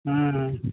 ହଁ ହଁ